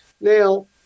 Now